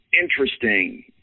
interesting